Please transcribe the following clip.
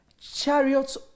chariots